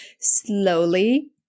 slowly